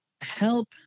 help